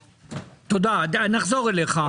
תודה, נחזור אליך.